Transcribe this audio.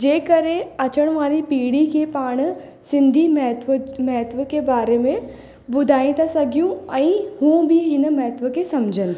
जंहिं करे अचण वारी पीढ़ी खे पाण सिंधी महत्व महत्व के बारे में ॿुधाए था सघियूं ऐं हू बि इन्हनि महत्व खे सम्झनि